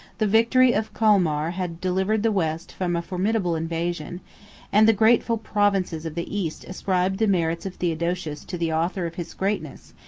the victory of colmar had delivered the west from a formidable invasion and the grateful provinces of the east ascribed the merits of theodosius to the author of his greatness,